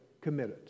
committed